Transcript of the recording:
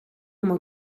home